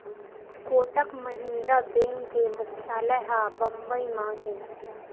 Kotak Mahindra bank के मुख्यालय ह बंबई म हे